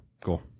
cool